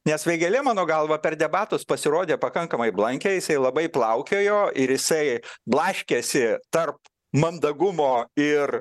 nes vėgėlė mano galva per debatus pasirodė pakankamai blankiai jisai labai plaukiojo ir jisai blaškėsi tarp mandagumo ir